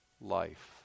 life